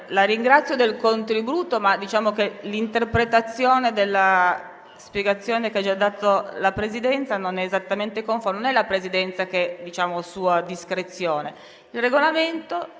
la ringrazio del contributo, ma l'interpretazione della spiegazione che ha già dato la Presidenza non è esattamente conforme. Non è a discrezione della Presidenza. Il Regolamento